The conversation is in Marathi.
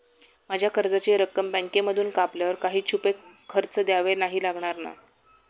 माझ्या कर्जाची रक्कम बँकेमधून कापल्यावर काही छुपे खर्च द्यावे नाही लागणार ना?